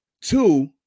Two